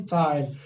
time